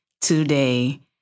Today